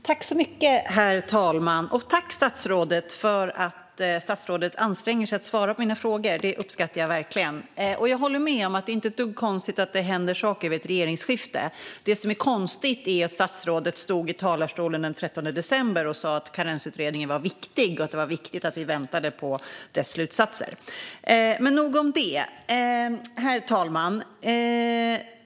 Herr talman! Tack, statsrådet, för ansträngningarna att svara på mina frågor! Det uppskattar jag verkligen. Jag håller med om att det inte är ett dugg konstigt att det händer saker vid ett regeringsskifte. Det som är konstigt är att statsrådet stod i talarstolen den 13 december och sa att Karensutredningen var viktig och att det var viktigt att vi väntade på dess slutsatser. Men nog om det. Herr talman!